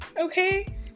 okay